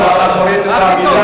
אפילו אתה קורא בעמידה.